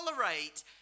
tolerate